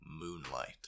moonlight